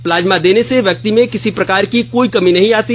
plasma देने से व्यक्ति में किसी प्रकार की कोई कमी नहीं आती